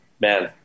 man